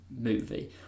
movie